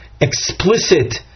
explicit